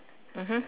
mmhmm